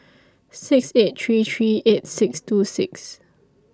six eight three three eight six two six